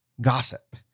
gossip